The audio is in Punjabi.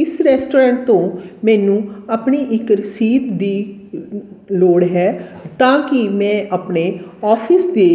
ਇਸ ਰੈਸਟੋਰੈਂਟ ਤੋਂ ਮੈਨੂੰ ਆਪਣੀ ਇੱਕ ਰਸੀਦ ਦੀ ਲੋੜ ਹੈ ਤਾਂ ਕਿ ਮੈਂ ਆਪਣੇ ਔਫਿਸ ਦੇ